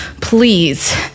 please